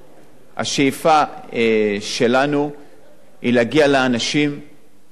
השאיפה שלנו היא להגיע לאנשים ולתת